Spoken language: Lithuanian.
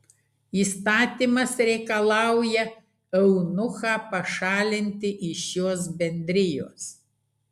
įstatymas reikalauja eunuchą pašalinti iš šios bendrijos